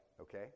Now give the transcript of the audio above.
Okay